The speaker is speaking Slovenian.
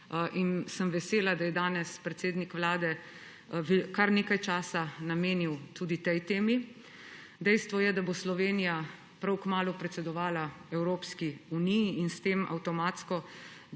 Vesela sem, da je danes predsednik Vlade kar nekaj časa namenil tudi tej temi. Dejstvo je, da bo Slovenija prav kmalu predsedovala Evropski uniji in s tem avtomatsko